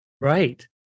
right